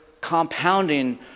compounding